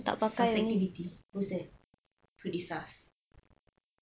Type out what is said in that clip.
social activity who said pretty sus